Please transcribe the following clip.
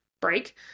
break